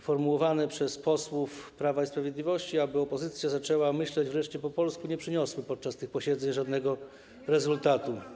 Formułowane przez posłów Prawa i Sprawiedliwości apele o to, aby opozycja zaczęła myśleć wreszcie po polsku, nie przyniosły podczas tych posiedzeń żadnego rezultatu.